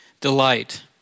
delight